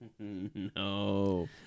No